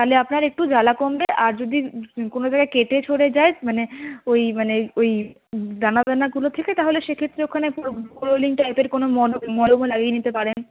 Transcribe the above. তাহলে আপনার একটু জ্বালা কমবে আর যদি কোনো জায়গায় কেটে ছড়ে যায় দানা দানাগুলো থেকে তাহলে সেক্ষেত্রে ওখানে বোরোলিন টাইপের কোনো মলম মলমও লাগিয়ে নিতে পারেন